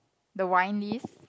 the wine lees